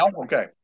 okay